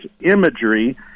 imagery